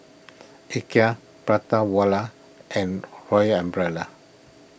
Ikea Prata Wala and Royal Umbrella